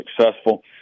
successful